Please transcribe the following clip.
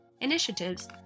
initiatives